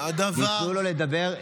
תנו לו לדבר,